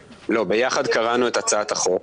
ביחד קראנו את הצעת החוק,